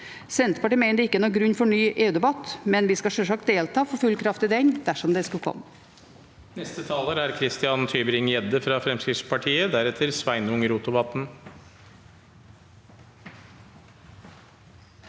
Senterpartiet mener det ikke er noen grunn for en ny EU-debatt, men vi skal sjølsagt delta for full kraft i den dersom den skulle komme.